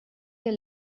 your